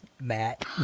Matt